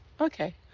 Okay